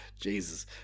Jesus